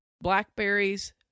blackberries